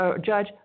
Judge